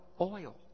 oil